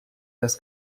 das